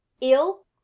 ill